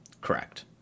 Correct